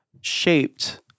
shaped